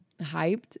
hyped